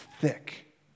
thick